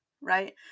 right